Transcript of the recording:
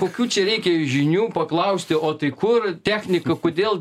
kokių čia reikia žinių paklausti o tai kur technika kodėl